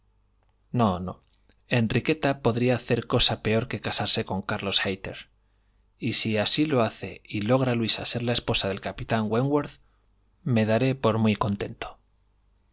no no enriqueta podría hacer cosa peor que casarse con carlos hayter y si así lo hace y logra luisa ser la esposa del capitán wentworth me daré por muy contento